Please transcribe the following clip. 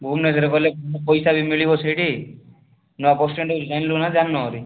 ଭୁବନେଶ୍ୱର ଗଲେ ପଇସା ବି ମିଳିବ ସେଇଠି ନୂଆ ବସ୍ଷ୍ଟାଣ୍ଡ ହେଉଛି ଜାଣିଲୁ ନା ଜାଣିନୁ ଆହୁରି